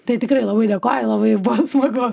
tai tikrai labai dėkoju labai buvo smagu